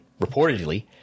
reportedly